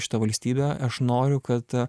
šitą valstybę aš noriu kad